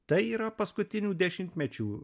tai yra paskutinių dešimtmečių